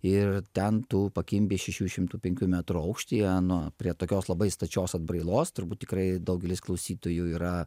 ir ten tu pakimbi šešių šimtų penkių metrų aukštyje na prie tokios labai stačios atbrailos turbūt tikrai daugelis klausytojų yra